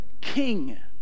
king